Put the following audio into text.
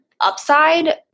upside